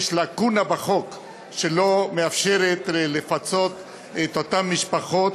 יש לקונה בחוק שלא מאפשרת לפצות את אותן משפחות,